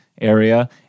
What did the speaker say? area